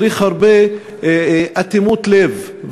צריך הרבה אטימות לב,